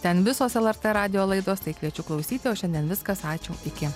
ten visos lrt radijo laidos tai kviečiu klausyti o šiandien viskas ačiū iki